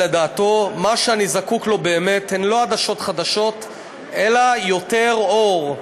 שלדעתו מה שאני זקוק לו באמת הן לא עדשות חדשות אלא יותר אור,